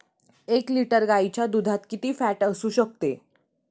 एक लिटर गाईच्या दुधात किती फॅट असू शकते?